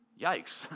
Yikes